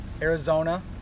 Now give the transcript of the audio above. Arizona